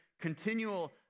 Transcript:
continual